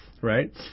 right